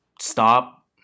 Stop